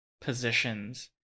positions